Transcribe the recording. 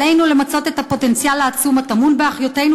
עלינו למצות את הפוטנציאל העצום הטמון באחיותינו